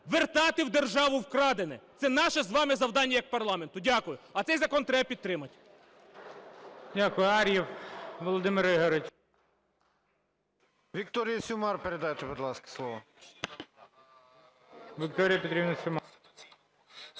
вертати в державу вкрадене. Це наше з вами завдання як парламенту. Дякую. А цей закон треба підтримати.